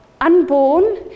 unborn